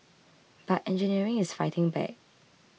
but engineering is fighting back